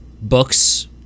books